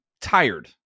tired